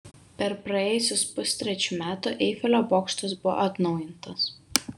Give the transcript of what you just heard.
per praėjusius pustrečių metų eifelio bokštas buvo atnaujintas